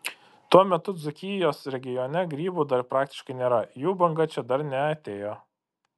tuo metu dzūkijos regione grybų dar praktiškai nėra jų banga čia dar neatėjo